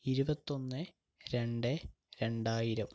ഇരുപത്തൊന്ന് രണ്ട് രണ്ടായിരം